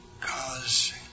cause